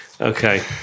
Okay